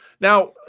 Now